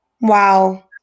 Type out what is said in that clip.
Wow